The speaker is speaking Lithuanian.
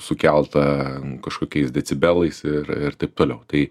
sukelta kažkokiais decibelais ir ir taip toliautai